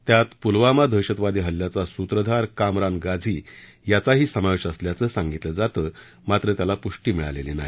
त्यात पुलवामा दहशतवादी हल्ल्याचा सूत्रधार कामरान गाझी याचाही समावेश असल्याचं सांगितलं जातंय मात्र त्याला पुष्टी मिळालेली नाही